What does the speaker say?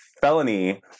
felony